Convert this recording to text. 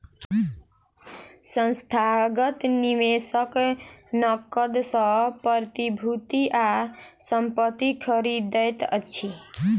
संस्थागत निवेशक नकद सॅ प्रतिभूति आ संपत्ति खरीदैत अछि